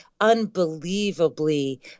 Unbelievably